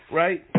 right